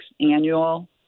Annual